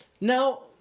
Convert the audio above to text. Now